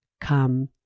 come